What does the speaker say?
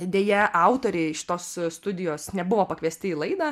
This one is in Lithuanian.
deja autoriai šitos studijos nebuvo pakviesti į laidą